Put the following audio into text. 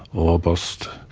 orbost,